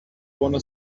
wanna